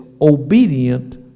obedient